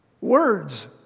words